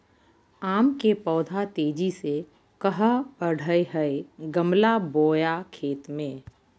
आम के पौधा तेजी से कहा बढ़य हैय गमला बोया खेत मे?